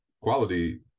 Quality